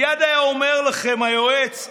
מייד היה אומר לכם היועץ: